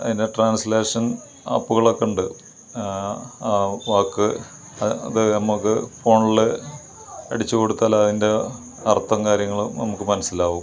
അതിൻ്റെ ട്രാൻസ്ലേഷൻ ആപ്പുകളൊക്കെ ഉണ്ട് ആ വാക്ക് ആ അത് നമുക്ക് ഫോണിൽ അടിച്ച് കൊടുത്താൽ അതിൻ്റെ അർത്ഥം കാര്യങ്ങളും നമുക്ക് മനസ്സിലാവും